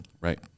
Right